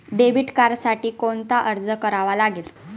Debit कार्डसाठी कोणता अर्ज करावा लागेल?